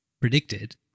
predicted